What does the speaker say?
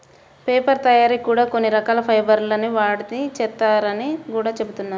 paper తయ్యారీ కూడా కొన్ని రకాల ఫైబర్ ల్ని వాడి చేత్తారని గూడా జెబుతున్నారు